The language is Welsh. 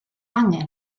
angen